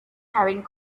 having